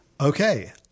Okay